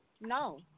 No